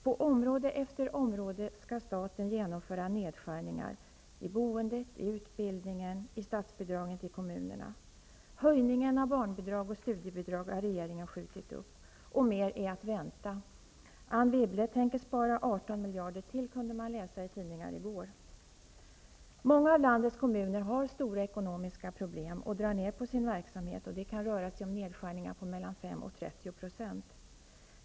På område efter område skall staten genomföra nedskärningar -- i boendet, i utbildningen, i statsbidragen till kommunerna. Höjningen av barnbidrag och studiebidrag har regeringen skjutit upp. Och mer är att vänta. Anne Wibble tänker spara 18 miljarder till, kunde man läsa i tidningar i går. Många av landets kommuner har stora ekonomiska problem och drar ned på sin verksamhet. Det kan röra sig om nedskärningar på mellan 5 och 30 %.